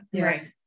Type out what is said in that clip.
right